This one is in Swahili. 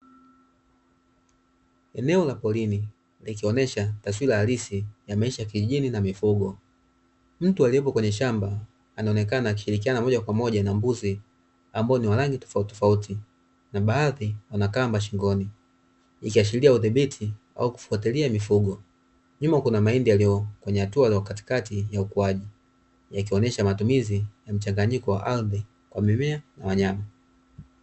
Eneo la porini, likionyesha taswira halisi ya maisha ya kijijini na mifugo, mtu aliyepo kwenye shamba, anaonekana akishirikiana moja kwa moja na mbuzi ambao ni wa rangi tofautitofauti na baadhi wana kamba shingoni, ikiashiria udhibiti au kufuatilia mifugo, nyuma kuna mahindi yaliyo katikati ya ukuaji, yakionyesha matumizi ya mchanganyiko wa ardhi kwa mimea na wanyama.